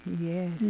Yes